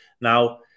now